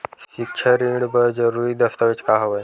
सिक्छा ऋण बर जरूरी दस्तावेज का हवय?